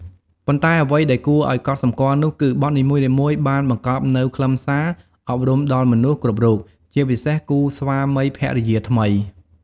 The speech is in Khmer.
ប៉ុន្តែអ្វីដែលគួរឱ្យកត់សម្គាល់នោះគឺ បទនីមួយៗបានបង្កប់នូវខ្លឹមសារ អប់រំដល់មនុស្សគ្រប់រូប ជាពិសេសគូស្វាមី ភរិយាថ្មី។